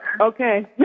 Okay